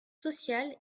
social